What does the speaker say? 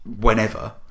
whenever